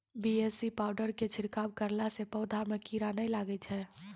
BAC powder के छिड़काव करला से पौधा मे कीड़ा नैय लागै छै?